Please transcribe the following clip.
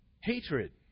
hatred